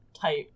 type